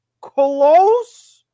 Close